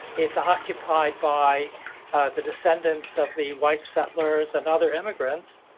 it's occupied by the descendants of the white settlers and other immigrants,